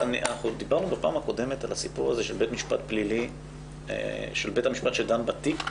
דיברנו פעם קודמת על הנושא של בית המשפט שדן בתיק?